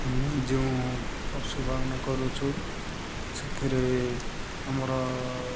ଆମେ ଯେଉଁ ପଶୁ ପାଳନ କରୁଛୁ ସେଥିରେ ଆମର